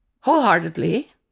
wholeheartedly